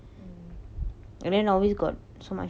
mm